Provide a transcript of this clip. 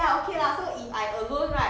then after that